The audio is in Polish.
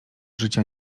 życia